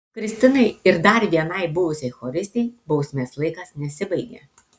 kristinai ir dar vienai buvusiai choristei bausmės laikas nesibaigė